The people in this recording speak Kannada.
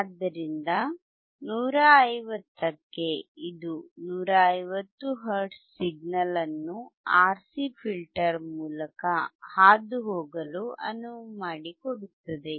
ಆದ್ದರಿಂದ 150 ಕ್ಕೆ ಇದು 150 ಹರ್ಟ್ಜ್ ಸಿಗ್ನಲ್ ಅನ್ನು RC ಫಿಲ್ಟರ್ ಮೂಲಕ ಹಾದುಹೋಗಲು ಅನುವು ಮಾಡಿಕೊಡುತ್ತದೆ